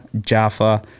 Jaffa